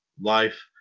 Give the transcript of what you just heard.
life